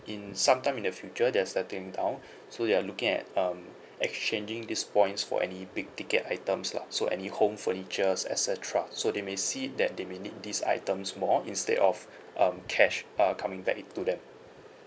in some time in the future they're settling down so you are looking at um exchanging these points for any big ticket items lah so any home furnitures et cetera so they may see that they may need these items more instead of um cash uh coming back it to them